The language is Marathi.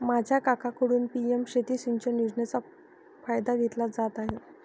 माझा काकांकडून पी.एम शेती सिंचन योजनेचा फायदा घेतला जात आहे